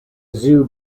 zoo